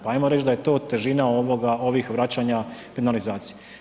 Pa ajmo reći da je to težina ovih vraćanja penalizacije.